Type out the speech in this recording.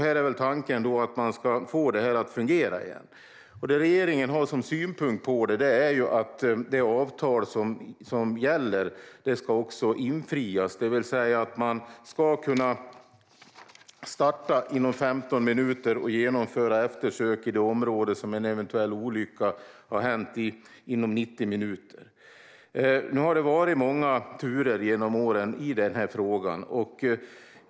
Här är väl tanken att man ska få det att fungera igen. Det regeringen har som synpunkt på detta är att det avtal som gäller också ska infrias, det vill säga att man ska kunna starta inom 15 minuter och genomföra eftersök i det område där en eventuell olycka har skett inom 90 minuter. Det har varit många turer genom åren i denna fråga.